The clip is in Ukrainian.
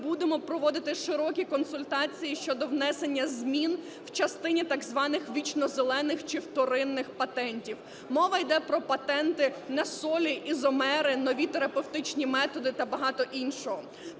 будемо проводити широкі консультації щодо внесення змін в частині так званих "вічнозелених" чи вторинних патентів. Мова йде про патенти на солі, ізомери, нові терапевтичні методи та багато іншого.